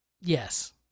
Yes